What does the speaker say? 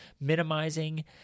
minimizing